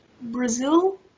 Brazil